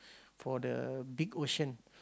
for the big ocean